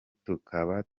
tukaba